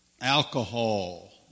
alcohol